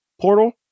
portal